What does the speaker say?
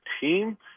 team